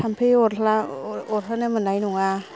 थामफै अरहोनो मोननाय नङा